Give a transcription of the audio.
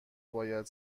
باید